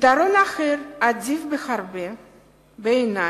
פתרון אחר, עדיף בהרבה בעיני,